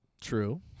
True